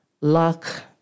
luck